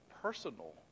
personal